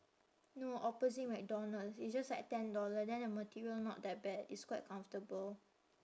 no opposite McDonald's it's just like ten dollar then the material not that bad it's quite comfortable